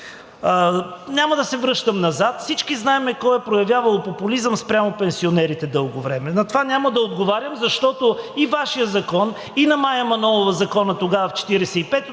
няма да се връщам назад. Всички знаем кой е проявявал популизъм спрямо пенсионерите дълго време. На това няма да отговарям, защото и Вашият закон, и на Мая Манолова законът тогава,